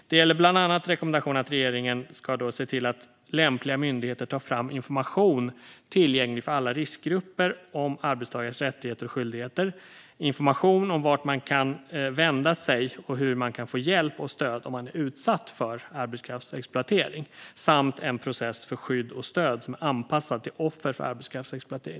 Det gäller bland annat rekommendationen att regeringen ska se till att lämpliga myndigheter tar fram information som är tillgänglig för alla riskgrupper om arbetstagares rättigheter och skyldigheter, information om vart man kan vända sig och hur man kan få hjälp och stöd om man är utsatt för arbetskraftsexploatering samt en process för skydd och stöd som är anpassad till offret för arbetskraftsexploatering.